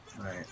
Right